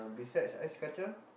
besides Ice Kacang